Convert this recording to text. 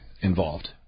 involved